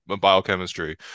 biochemistry